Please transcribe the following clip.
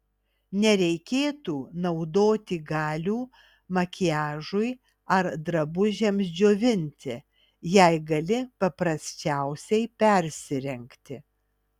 nereikėtų naudoti galių makiažui ar drabužiams džiovinti jei gali paprasčiausiai persirengti